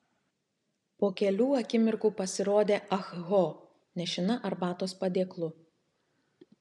po kelių akimirkų pasirodė ah ho nešina arbatos padėklu